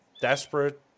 desperate